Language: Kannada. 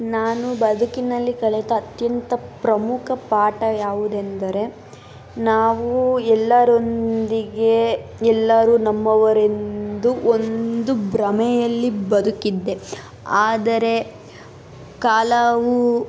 ನಾನು ಬದುಕಿನಲ್ಲಿ ಕಲಿತ ಅತ್ಯಂತ ಪ್ರಮುಖ ಪಾಠ ಯಾವುದೆಂದರೆ ನಾವು ಎಲ್ಲರೊಂದಿಗೆ ಎಲ್ಲರೂ ನಮ್ಮವರೆಂದು ಒಂದು ಭ್ರಮೆಯಲ್ಲಿ ಬದುಕಿದ್ದೆ ಆದರೆ ಕಾಲವು